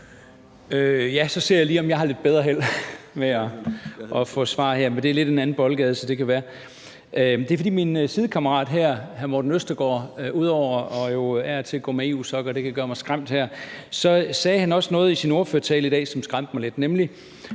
Ja, så ser jeg lige, om jeg har lidt bedre held med at få svar, men det er lidt en anden boldgade, så det kan være. Det er, fordi min sidekammerat her, hr. Morten Østergaard, som ud over af og til at gå med EU-sokker – det kan gøre mig skræmt – også sagde noget i sin ordførertale i dag, som skræmte mig lidt,